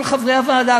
כל חברי הוועדה,